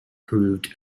proved